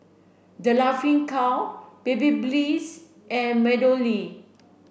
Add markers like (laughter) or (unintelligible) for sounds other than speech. The Laughing Cow (unintelligible) and MeadowLea